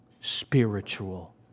spiritual